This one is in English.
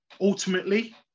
ultimately